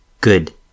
Good